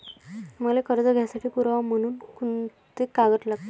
मले कर्ज घ्यासाठी पुरावा म्हनून कुंते कागद लागते?